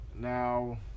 Now